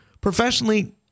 Professionally